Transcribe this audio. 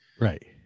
Right